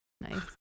nice